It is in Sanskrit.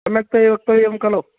सम्यक्तया वक्तव्यं खलु